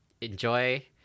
enjoy